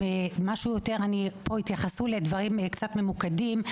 התייחסו לדברים קצת ממוקדים.